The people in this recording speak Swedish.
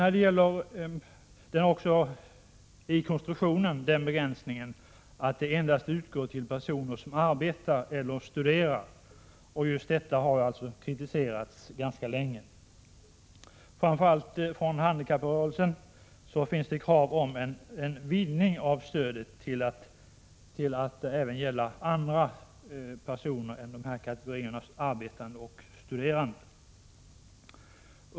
I konstruktionen ligger också den begränsningen att bidraget endast utgår till personer som arbetar eller studerar, och just detta har kritiserats ganska länge. Framför allt handikapprörelsen har fört fram krav om en utvidgning av stödet till att även gälla andra personer än de nämnda kategorierna.